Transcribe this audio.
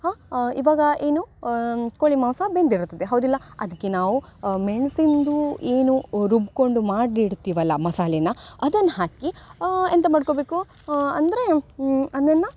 ಹ ಇವಾಗ ಏನು ಕೋಳಿ ಮಾಂಸ ಬೆಂದಿರುತ್ತದೆ ಹೌದಿಲ್ಲ ಅದಕ್ಕೆ ನಾವು ಮೆಣಸಿಂದು ಏನು ರುಬ್ಕೊಂಡು ಮಾಡಿ ಇಡ್ತೀವಲ್ಲ ಮಸಾಲೆನ ಅದನ್ನ ಹಾಕಿ ಎಂತ ಮಾಡ್ಕೊಬೇಕು ಅಂದರೆ ಅದನ್ನು